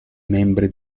membri